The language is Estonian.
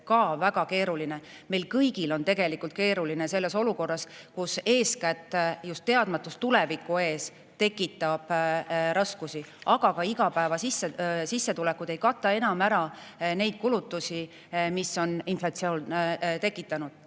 ka väga keeruline, meil kõigil on tegelikult keeruline selles olukorras, kus eeskätt just teadmatus tuleviku ees tekitab raskusi, aga ka igapäevased sissetulekud ei kata enam ära neid kulutusi, mis inflatsioon on tekitanud.